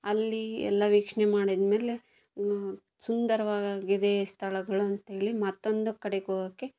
ಅಲ್ಲಿ ಎಲ್ಲ ವೀಕ್ಷಣೆ ಮಾಡಿದ ಮೇಲೆ ಸುಂದರ್ವಾಗಿದೆ ಸ್ಥಳಗಳು ಅಂತೇಳಿ ಮತ್ತೊಂದು ಕಡೆಗೆ ಹೋಗೋಕ್ಕೆ